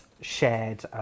shared